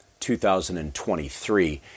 2023